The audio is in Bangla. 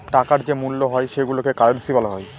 টাকার যে মূল্য হয় সেইগুলোকে কারেন্সি বলা হয়